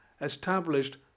established